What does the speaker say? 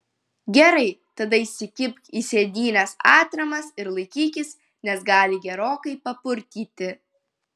gerai tada įsikibk į sėdynes atramas ir laikykis nes gali gerokai papurtyti